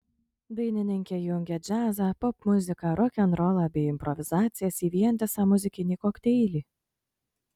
dainininkė jungia džiazą popmuziką rokenrolą bei improvizacijas į vientisą muzikinį kokteilį